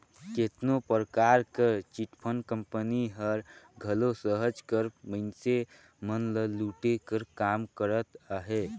केतनो परकार कर चिटफंड कंपनी हर घलो सहज कर मइनसे मन ल लूटे कर काम करत अहे